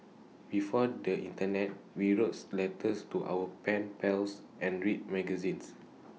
before the Internet we wrotes letters to our pen pals and read magazines